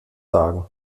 sagen